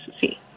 see